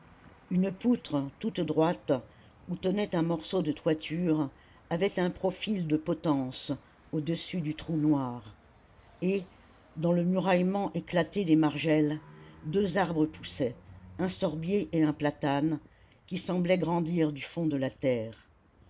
une poutre toute droite où tenait un morceau de toiture avait un profil de potence au-dessus du trou noir et dans le muraillement éclaté des margelles deux arbres poussaient un sorbier et un platane qui semblaient grandir du fond de la terre